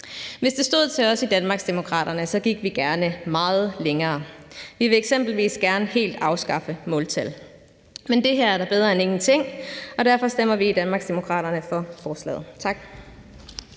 Hvis det stod til os i Danmarksdemokraterne, gik vi gerne meget længere. Vi vil eksempelvis gerne helt afskaffe måltal. Men det her er da bedre end ingenting, og derfor stemmer vi i Danmarksdemokraterne for forslaget. Tak.